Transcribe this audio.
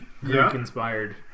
Greek-inspired